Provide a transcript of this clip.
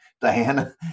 Diana